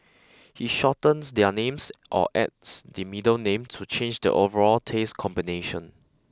he shortens their names or adds the middle name to change the overall taste combination